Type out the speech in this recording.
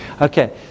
Okay